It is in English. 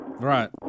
Right